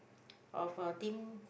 of a team